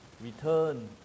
return